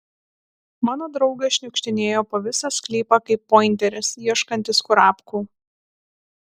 mano draugas šniukštinėjo po visą sklypą kaip pointeris ieškantis kurapkų